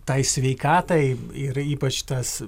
tai sveikatai yra ypač tas